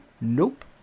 Nope